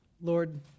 Lord